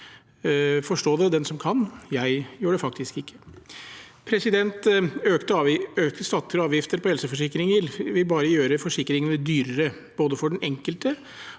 Forstå det den som kan – jeg gjør det faktisk ikke. Økte skatter og avgifter på helseforsikringer vil bare gjøre forsikringene dyrere – både for den enkelte